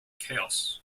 chaos